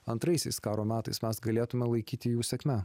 antraisiais karo metais mes galėtumėme laikyti jų sėkme